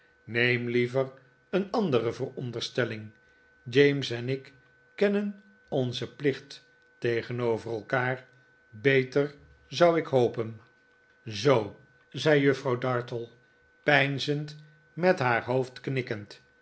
neem liever een andere veronderstelling james en ik kennen onzen plicht tegenover elkaar beter zou ik hopen zoo zei juffrouw dartle peinzend met haar hoofd knikkend